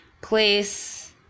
place